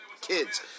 kids